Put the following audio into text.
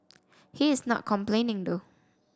he is not complaining though